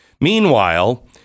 Meanwhile